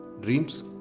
dreams